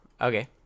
Okay